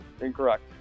Incorrect